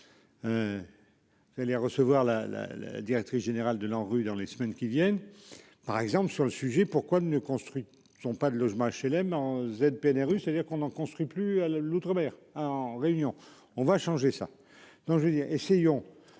Elle est recevoir la la la directrice générale de l'ANRU dans les semaines qui viennent. Par exemple sur le sujet, pourquoi ne construit ne sont pas de logement HLM en Z PNRU ça veut dire qu'on en construit plus à l'outre- mer en réunion. On va changer ça. Donc je veux dire, essayons